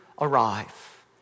arrive